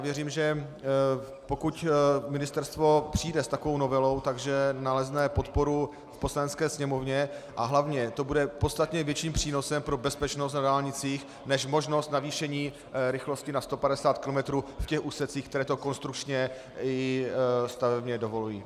Věřím, že pokud ministerstvo přijde s takovou novelou, nalezne podporu v Poslanecké sněmovně a hlavně to bude podstatně větším přínosem pro bezpečnost na dálnicích než možnost navýšení rychlosti na 150 kilometrů v těch úsecích, které to konstrukčně i stavebně dovolují.